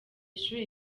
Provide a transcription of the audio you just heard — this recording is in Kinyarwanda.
ishuri